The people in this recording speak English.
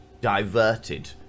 diverted